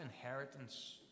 inheritance